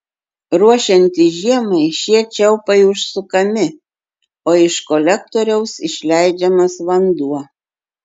ruošiantis žiemai šie čiaupai užsukami o iš kolektoriaus išleidžiamas vanduo